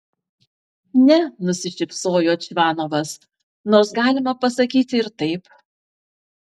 ne nusišypsojo čvanovas nors galima pasakyti ir taip